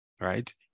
right